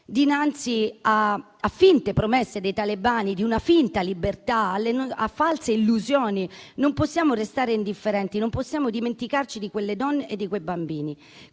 Dinanzi a finte promesse dei talebani di una finta libertà, a false illusioni, non possiamo restare indifferenti; non possiamo dimenticarci di quelle donne e di quei bambini.